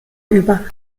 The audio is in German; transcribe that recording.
über